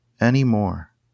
anymore